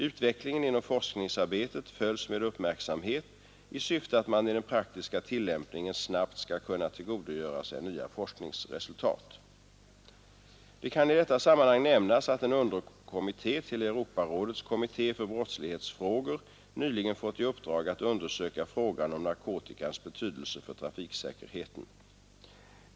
Utvecklingen inom forskningsarbetet följs med uppmärksamhet i syfte att man i den praktiska tillämpningen snabbt skall kunna tillgodogöra sig nya forskningsresultat. Det kan i detta sammanhang nämnas att en underkommitté till Europarådets kommitté för brottslighetsfrågor nyligen fått i uppdrag att undersöka frågan om narkotikans betydelse för trafiksäkerheten.